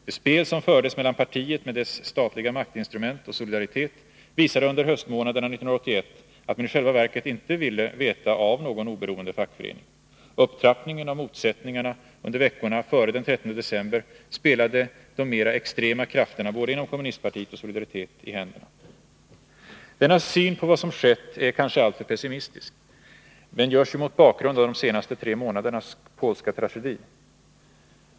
Det spel som fördes mellan partiet med dess statliga maktinstrument och Solidaritet visade under höstmånaderna 1981 att man i själva verket inte ville veta av någon oberoende fackförening. Upptrappningen av motsättningarna under veckorna före den 13 december spelade de mer extrema krafterna inom både kommunistpartiet och Solidaritet i händerna. Denna syn på vad som skett är kanske alltför pessimistisk — den görs ju mot bakgrund av de senaste tre månadernas polska tragedi.